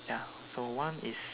ya so one is